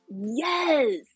yes